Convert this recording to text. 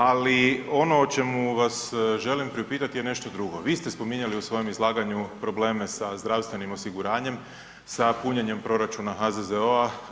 Ali ono o čemu vas želim priupitati je nešto drugo, vi ste spominjali u svom izlaganju probleme sa zdravstvenim osiguranjem, sa punjenjem proračuna HZZO-a.